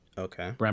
Okay